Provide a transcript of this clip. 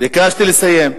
ביקשתי לסיים.